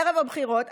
ערב הבחירות,